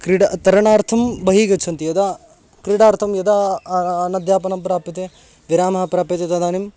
क्रीडातरणार्थं बहिः गच्छन्ति यदा क्रीडार्थं यदा अनध्यापनं प्राप्यते विरामः प्राप्यते तदानीं